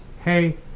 hey